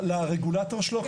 לרגולטור שלו?